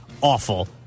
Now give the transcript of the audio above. awful